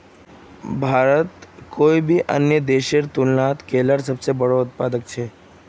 भारत कोई भी अन्य देशेर तुलनात केलार सबसे बोड़ो उत्पादक छे